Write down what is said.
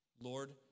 Lord